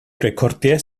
recordiau